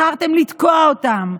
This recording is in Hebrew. בחרתם לתקוע אותם.